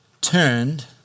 turned